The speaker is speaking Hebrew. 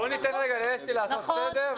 בואו וניתן לאסתי לעשות סדר,